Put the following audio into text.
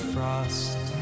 Frost